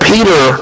Peter